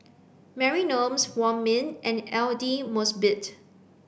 Mary Wong Ming and Aidli Mosbit